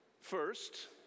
First